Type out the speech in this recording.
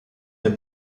der